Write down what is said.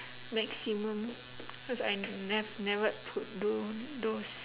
maximum cause I nev~ never could do those